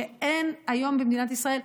שאין היום במדינת ישראל,